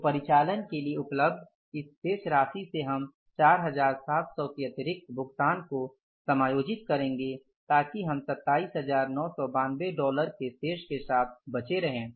तो परिचालन के लिए उपलब्ध इस शेष राशि से हम 4700 के अतिरिक्त भुगतान को समायोजित करेंगे ताकि हम 27992 डॉलर के शेष के साथ बचे रहें